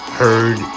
heard